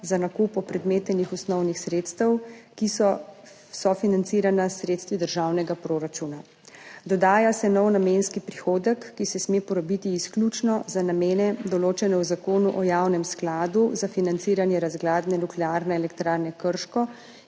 za nakup opredmetenih osnovnih sredstev, ki so sofinancirana s sredstvi državnega proračuna. Dodaja se nov namenski prihodek, ki se sme porabiti izključno za namene, določene v Zakonu o Javnem skladu za financiranje razgradnje Nuklearne elektrarne Krško